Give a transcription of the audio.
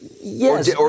Yes